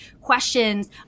questions